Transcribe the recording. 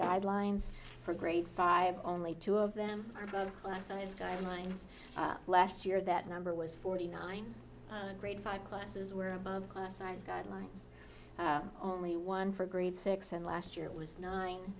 guidelines for grade five only two of them are both class size guidelines last year that number was forty nine dollars grade five classes were above class size guidelines only one for grade six and last year was nine